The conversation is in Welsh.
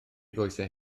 goesau